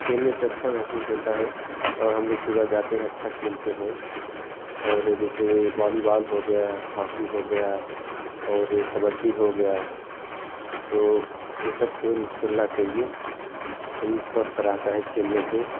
खेलने से अच्छा महसूस होता है और हम लोग सुबह जाते हैं अच्छा खेलते हैं और जैसे बॉलीबॉल हो गया हॉकी हो गया और कबड्डी हो गया तो यह सब खेल खेलना चाहिए शरीर स्वस्थ रहता है खेलने से